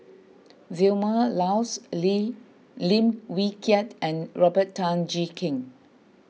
Vilma Laus Lim Lim Wee Kiak and Robert Tan Jee Keng